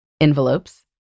envelopes